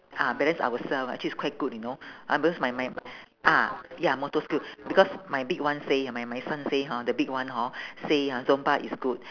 ah balance ourselves ah actually is quite good you know um because my my m~ ah ya motor skill because my big one say my my son say hor the big one hor say ah zumba is good